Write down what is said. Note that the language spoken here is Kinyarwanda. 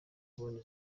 nguni